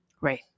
Right